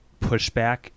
pushback